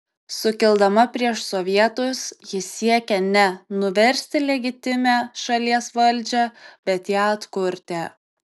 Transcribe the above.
sukildama prieš sovietus ji siekė ne nuversti legitimią šalies valdžią bet ją atkurti